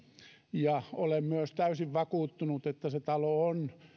ja olen myös täysin vakuuttunut että se talo on